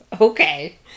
Okay